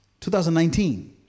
2019